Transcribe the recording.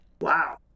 Wow